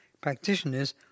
practitioners